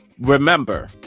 remember